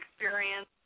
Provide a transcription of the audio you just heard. experience